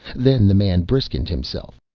then the man briskened himself.